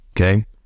Okay